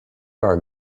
are